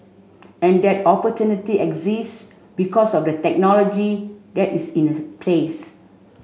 and that opportunity exists because of the technology that is in place